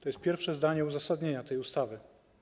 To jest pierwsze zdanie uzasadnienia tej ustawy.